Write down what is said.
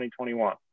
2021